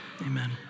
amen